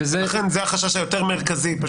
לכן זה החשש היותר מרכזי.